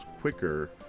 quicker